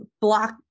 block